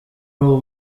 uhora